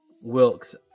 Wilkes